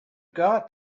got